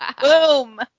Boom